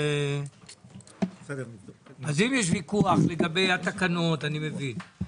אם יש ויכוח לגבי התקנות אני מבין,